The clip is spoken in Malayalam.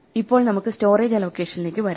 ഇപ്പോൾ നമുക്ക് സ്റ്റോറേജ് അലോക്കേഷനിലേക്ക് വരാം